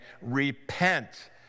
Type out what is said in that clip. repent